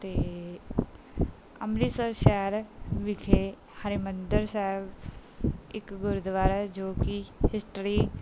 ਅਤੇ ਅੰਮ੍ਰਿਤਸਰ ਸ਼ਹਿਰ ਵਿਖੇ ਹਰਿਮੰਦਰ ਸਾਹਿਬ ਇੱਕ ਗੁਰਦੁਆਰਾ ਜੋ ਕਿ ਹਿਸਟਰੀ